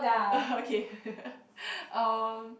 okay uh